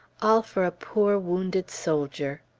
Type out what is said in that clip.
all for a poor wounded soldier!